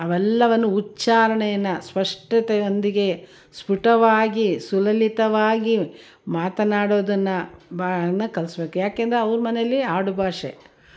ಅವೆಲ್ಲವನ್ನೂ ಉಚ್ಛಾರಣೆಯನ್ನ ಸ್ಪಷ್ಟತೆಯೊಂದಿಗೆ ಸ್ಫುಟವಾಗಿ ಸುಲಲಿತವಾಗಿ ಮಾತನಾಡೋದನ್ನು ಬಾನ ಕಲಿಸ್ಬೇಕು ಯಾಕೆಂದ್ರೆ ಅವ್ರು ಮನೇಲಿ ಆಡು ಭಾಷೆ